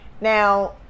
Now